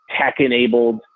tech-enabled